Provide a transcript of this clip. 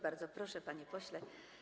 Bardzo proszę, panie pośle.